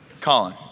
Colin